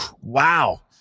wow